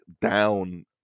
down